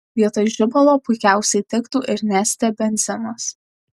vietoj žibalo puikiausiai tiktų ir neste benzinas